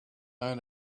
own